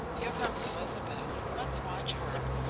here comes elizabeth. let's watch her.